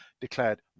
declared